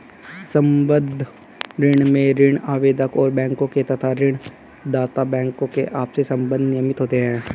संबद्ध ऋण में ऋण आवेदक और बैंकों के तथा ऋण दाता बैंकों के आपसी संबंध नियमित होते हैं